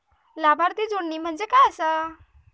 लाभार्थी जोडणे म्हणजे काय आसा?